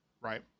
Right